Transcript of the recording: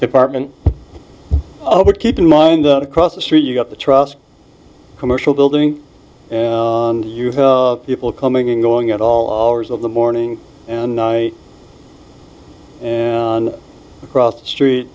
department would keep in mind that across the street you've got the trust commercial building and people coming and going at all hours of the morning and night across the street